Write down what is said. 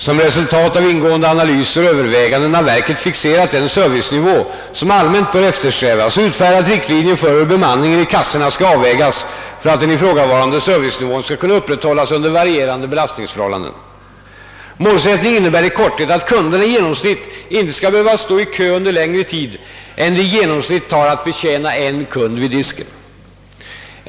Som resultat av ingående analyser och överväganden har verket fixerat den servicenivå som allmänt bör eftersträvas och utfärdat riktlinjer för hur bemanningen i kassorna skall avvägas för att den ifrågavarande servicenivån skall kunna upprätthållas under varierande belastningsförhållanden. Målsättningen innebär i korthet att kunderna i genomsnitt inte skall behöva stå i kö under längre tid än det i genomsnitt tar att betjäna en kund vid disken.